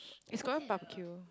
is Korean Barbecue